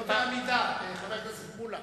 לא בעמידה, חבר הכנסת מולה.